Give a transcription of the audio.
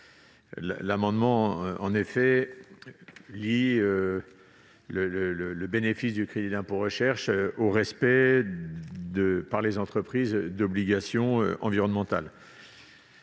amendements visent à lier le bénéfice du crédit d'impôt recherche au respect par les entreprises d'obligations environnementales.